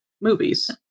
movies